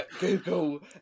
google